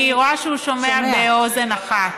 אני רואה שהוא שומע באוזן אחת.